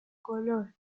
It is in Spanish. color